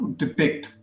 depict